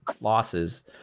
losses